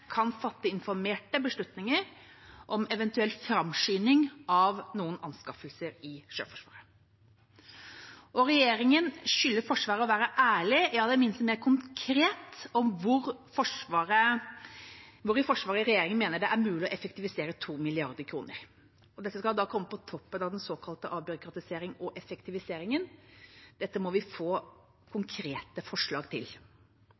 kan fatte informerte beslutninger om eventuell framskynding av noen anskaffelser i Sjøforsvaret. Regjeringa skylder Forsvaret å være ærlig – i det minste mer konkret – om hvor i Forsvaret regjeringa mener det er mulig å effektivisere 2 mrd. kr. Dette skal da komme på toppen av den såkalte avbyråkratiseringen og effektiviseringen. Dette må vi få konkrete forslag til.